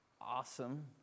Awesome